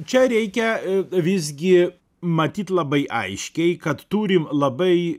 čia reikia e visgi matyt labai aiškiai kad turim labai